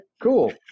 cool